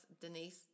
Denise